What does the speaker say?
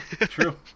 true